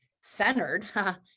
centered